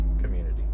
community